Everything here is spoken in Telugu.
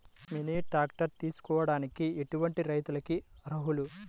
మినీ ట్రాక్టర్ తీసుకోవడానికి ఎటువంటి రైతులకి అర్హులు?